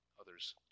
others